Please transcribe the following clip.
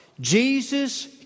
Jesus